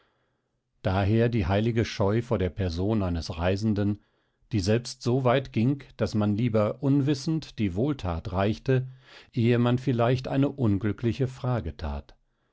daher die heilige scheu vor der person eines reisenden die selbst so weit ging daß man lieber unwissend die wohlthat reichte ehe man vielleicht eine unglückliche frage that